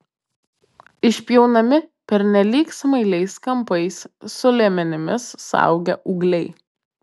išpjaunami pernelyg smailiais kampais su liemenimis suaugę ūgliai